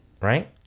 right